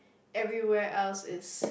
everywhere else is